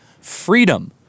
freedom